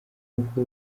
kuko